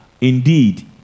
indeed